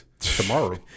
Tomorrow